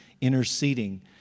interceding